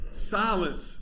Silence